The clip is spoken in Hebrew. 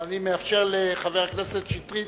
אבל אני מאפשר לחבר הכנסת שטרית,